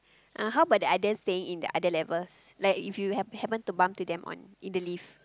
uh how about the other say in the other levels like if you hap~ happen to bump into them on in the lift